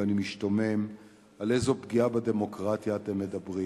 ואני משתומם על איזו פגיעה בדמוקרטיה אתם מדברים.